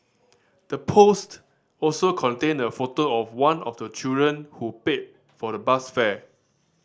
the post also contained a photo of one of the children who paid for the bus fare